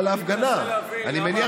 אבל אני מנסה להבין, כאילו,